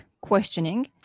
questioning